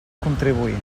contribuir